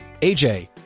AJ